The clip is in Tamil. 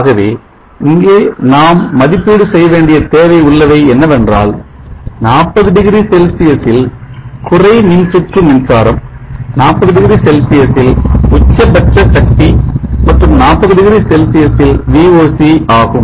ஆகவே இங்கே நாம் மதிப்பீடு செய்ய வேண்டிய தேவை உள்ளவை என்னவென்றால் 40 டிகிரி செல்சியஸில் குறை மின்சுற்று மின்சாரம் 40 டிகிரி செல்சியஸில் உச்சபட்ச சக்தி மற்றும் 40 டிகிரி செல்சியஸில் VOC ஆகும்